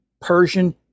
Persian